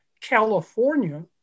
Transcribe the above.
California